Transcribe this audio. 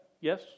Yes